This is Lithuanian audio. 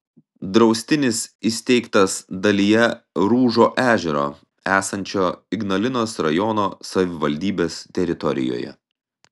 draustinis įsteigtas dalyje rūžo ežero esančio ignalinos rajono savivaldybės teritorijoje